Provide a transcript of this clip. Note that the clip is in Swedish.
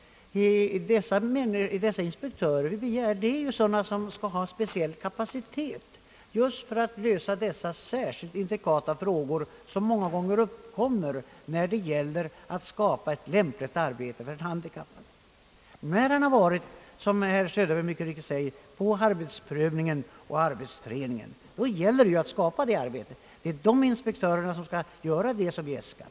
De inspektörer som nu begärs skall ha speciell kapacitet just för att lösa dessa särskilt intrikata frågor som många gånger uppkommer när det gäller att skaffa ett lämpligt arbete för en handikappad. När han, som herr Söderberg mycket riktigt säger, har fått arbetsprövning och arbetsträning gäller det att ordna ett arbete. Det skall dessa inspektörer göra som vi nu begär att få.